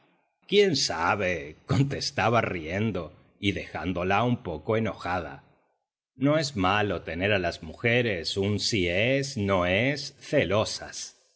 quién sabe contestaba riendo y dejándola un poco enojada no es malo tener a las mujeres un si es no es celosas